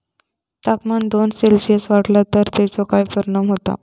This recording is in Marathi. तापमान दोन सेल्सिअस वाढला तर तेचो काय परिणाम होता?